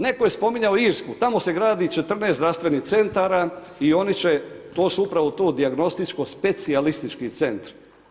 Netko je spominje Irsku, tamo se gradi 14 zdravstvenih centara i oni će to su upravo tu dijagnostičko specijalistički centri.